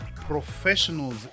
professionals